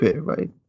right